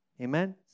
Amen